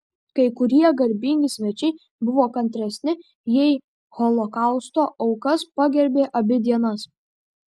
kai kurie garbingi svečiai buvo kantresni jie holokausto aukas pagerbė abi dienas